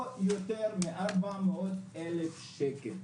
לא יותר מ-400,000 שקל,